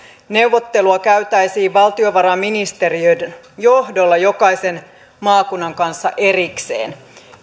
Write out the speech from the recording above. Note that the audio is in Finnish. neuvottelua käytäisiin valtiovarainministeriön johdolla jokaisen maakunnan kanssa erikseen